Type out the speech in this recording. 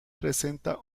presenta